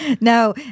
No